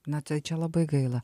na tai čia labai gaila